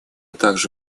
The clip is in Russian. также